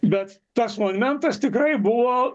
bet tas momentas tikrai buvo